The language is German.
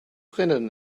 brennen